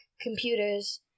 computers